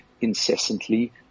incessantly